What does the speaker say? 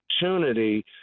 opportunity